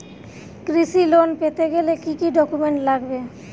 কৃষি লোন পেতে গেলে কি কি ডকুমেন্ট লাগবে?